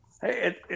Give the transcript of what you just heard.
Hey